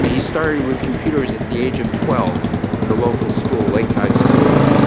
he started with computers at the age of twelve in the local school, lakeside school,